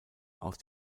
aus